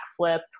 backflip